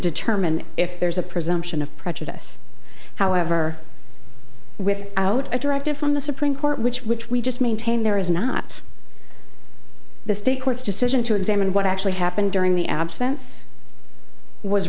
determine if there's a presumption of prejudice however with out a directive from the supreme court which which we just maintain there is not the state courts decision to examine what actually happened during the absence was